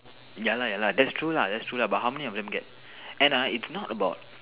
ya lah ya lah but how many of them get and ah it's not about